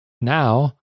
now